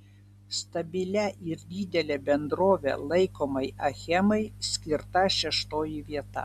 stabilia ir didele bendrove laikomai achemai skirta šeštoji vieta